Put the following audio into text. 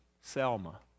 Selma